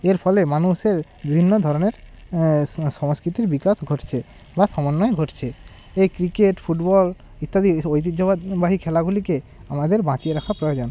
এর ফলে মানুষের বিভিন্ন ধরনের সংস্কৃতির বিকাশ ঘটছে বা সমন্বয় ঘটছে এই ক্রিকেট ফুটবল ইত্যাদি এই সব ঐতিহ্যবাহী খেলাগুলিকে আমাদের বাঁচিয়ে রাখা প্রয়োজন